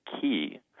key